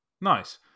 Nice